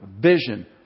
vision